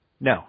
No